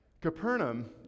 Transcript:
Capernaum